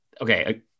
okay